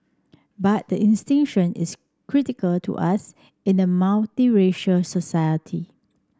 but the distinction is critical to us in a multiracial society